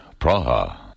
Praha